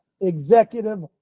Executive